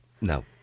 No